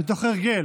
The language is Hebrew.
זה מתוך הרגל.